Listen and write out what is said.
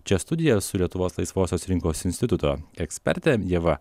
čia studijoj su lietuvos laisvosios rinkos instituto eksperte ieva